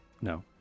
no